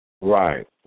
Right